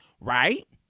Right